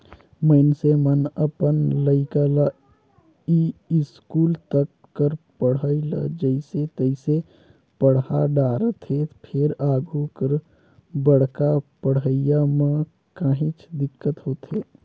मइनसे मन अपन लइका ल इस्कूल तक कर पढ़ई ल जइसे तइसे पड़हा डारथे फेर आघु कर बड़का पड़हई म काहेच दिक्कत होथे